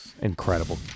Incredible